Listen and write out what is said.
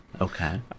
Okay